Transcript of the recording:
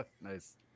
Nice